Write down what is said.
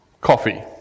coffee